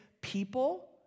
people